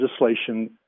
legislation